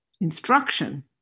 instruction